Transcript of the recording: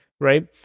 right